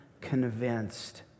convinced